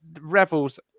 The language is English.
revels